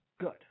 Good